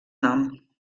nom